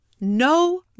No